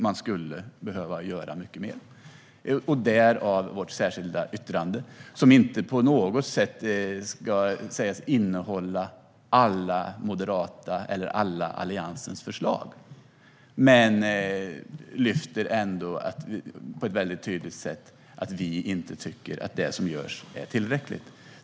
Man skulle behöva göra mycket mer - därav vårt särskilda yttrande, som inte på något sätt ska sägas innehålla alla Moderaternas eller Alliansens förslag. Men vi lyfter ändå på ett tydligt sätt fram att vi inte tycker att det som görs är tillräckligt.